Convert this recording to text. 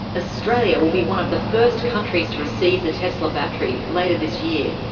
australia will be one of the first countries to receive the tesla battery, later this year.